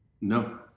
No